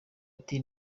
ati